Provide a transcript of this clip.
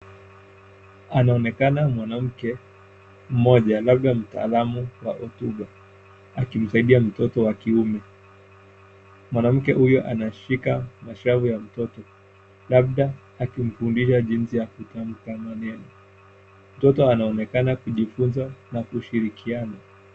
Anaonekana mwanamke mmoja labda mtaalamu wa hotuba ,akimsaidia mtoto wa kiume. Mwanamke huyo anashika mashavu ya mtoto labda akimfundisha jinsi ya kutamka maneno. Mtoto anaonekana kujifunza na kushirikiana.